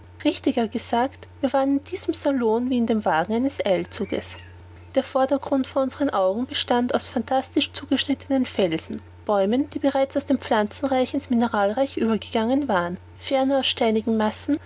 richtiger gesagt wir waren in diesem salon wie in dem waggon eines eilzuges der vordergrund vor unseren augen bestand aus phantastisch zugeschnittenen felsen bäumen die bereits aus dem pflanzen in's mineralreich übergegangen waren ferner aus steinigen massen